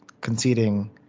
conceding